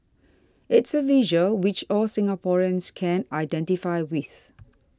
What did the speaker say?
it's a visual which all Singaporeans can identify with